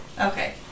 Okay